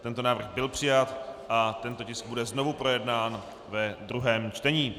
Tento návrh byl přijat a tento tisk bude znovu projednán ve druhém čtení.